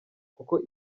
kuko